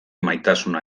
maitasuna